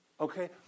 okay